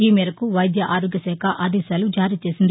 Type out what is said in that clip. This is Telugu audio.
ఈ మేరకు వైద్య ఆరోగ్యశాఖ ఆదేశాలు జారీ చేసింది